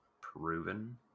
proven